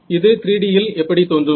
இது 3 D இல் எப்படி தோன்றும்